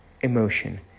emotion